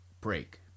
break